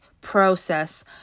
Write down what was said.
process